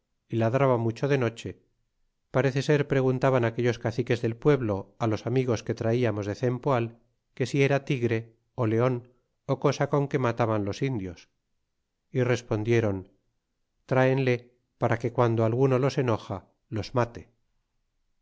y ladraba mucho de noche parece ser preguntaban aquellos caciques del pueblo los amigos que traiamos de cempoal que si era tigre ó leon ó cosa con que mataban los indios y respondiéron traenle para que guando alguno los enoja los mate